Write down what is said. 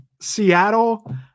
Seattle